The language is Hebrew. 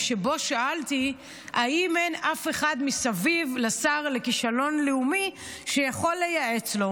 שבו שאלתי אם אין אף אחד מסביב לשר לכישלון לאומי שיכול לייעץ לו.